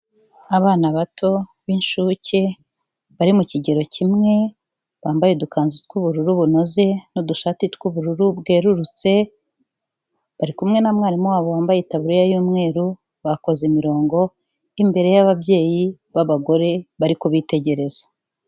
Abana bato b'inshuke bari mu kigero kimwe, bambaye udukanzu tw'ubururu bunoze n'udushati tw'ubururu bwerurutse, bari kumwe na mwarimu wabo wambaye itaburiya y'umweru, bakoze imirongo imbere y'ababyeyi b'abagore bari kubitegereza.